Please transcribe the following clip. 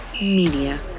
Media